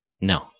No